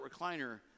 recliner